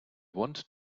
want